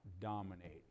dominate